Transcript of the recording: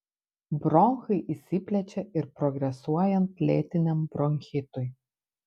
bronchai išsiplečia ir progresuojant lėtiniam bronchitui